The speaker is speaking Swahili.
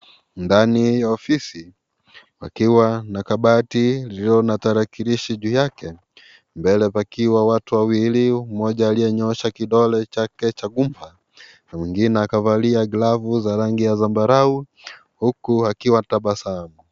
Ndani ya ofisi, pakiwa na kabati iliyo na tarakilishi juu yake, mbele pakiwa watu wawili, mmoja aliyenyoosha kidole chake cha gumba na mwingine akavalia glovu za rangi ya zambarau huku akiwa anatabasamu.